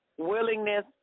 Willingness